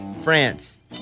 France